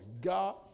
God